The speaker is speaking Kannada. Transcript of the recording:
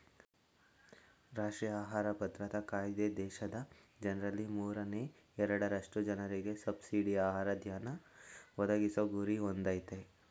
ರಾಷ್ಟ್ರೀಯ ಆಹಾರ ಭದ್ರತಾ ಕಾಯ್ದೆ ದೇಶದ ಜನ್ರಲ್ಲಿ ಮೂರನೇ ಎರಡರಷ್ಟು ಜನರಿಗೆ ಸಬ್ಸಿಡಿ ಆಹಾರ ಧಾನ್ಯ ಒದಗಿಸೊ ಗುರಿ ಹೊಂದಯ್ತೆ